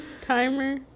timer